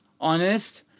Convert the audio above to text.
honest